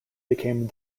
became